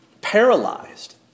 paralyzed